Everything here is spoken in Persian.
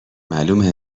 معلومه